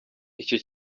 icyo